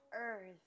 earth